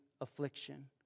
affliction